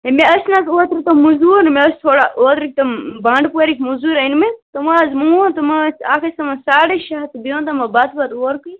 ہے مےٚ ٲسۍ نہ حظ اوترٕ تم موٚزوٗر مےٚ ٲسۍ تھوڑا اوترٕ تم بانڈٕپورٕکۍ موٚزور أنمٕتۍ تمو حظ مون اکھ ٲسۍ تمن دِوان ساڈے شیٚے ہتھ بیٚیہِ اوٚن تمو بَتہٕ وَتہٕ اورکُے